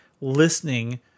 listening